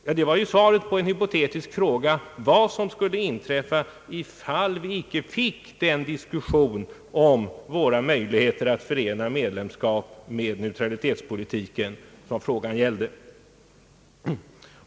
Ja, det var svaret på en hypotetisk fråga om vad som skulle inträffa ifall vi inte fick den diskussion om våra möjligheter att förena ett medlemskap med neutralitetspolitiken, som vi velat uppnå med vår öppna ansökan.